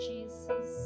Jesus